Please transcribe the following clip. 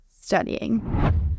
studying